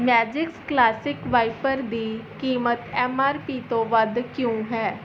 magics classic wiper ਦੀ ਕੀਮਤ M R P ਤੋਂ ਵੱਧ ਕਿਉਂ ਹੈ